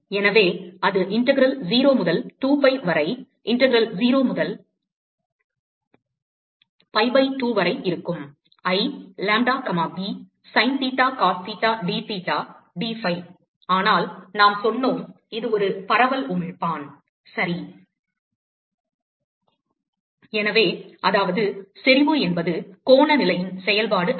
எனவே அது இன்டெக்கிரல் 0 முதல் 2 பை வரை இன்டெக்கிரல் 0 முதல் பை by 2 வரை இருக்கும் I lambda comma b sin theta cos theta d theta d phi ஆனால் நாம் சொன்னோம் இது ஒரு பரவல் உமிழ்ப்பான் சரி எனவே அதாவது செறிவு என்பது கோண நிலையின் செயல்பாடு அல்ல